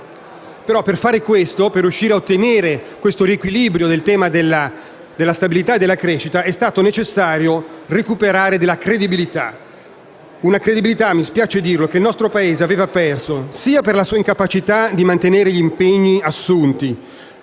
Per fare questo e riuscire ad ottenere il riequilibrio del tema della stabilità e della crescita è stato necessario recuperare la credibilità, che ‑ mi spiace dirlo ‑ il nostro Paese aveva perso sia per la sua incapacità di mantenere gli impegni assunti,